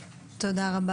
תודה.